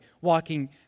walking